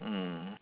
mm